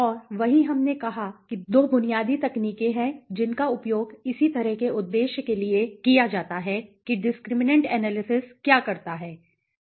और वहीं हमने कहा कि 2 बुनियादी तकनीकें हैं जिनका उपयोग इसी तरह के उद्देश्य के लिए किया जाता है कि डिस्क्रिमिनैंट एनालिसिस क्या करता है